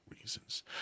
reasons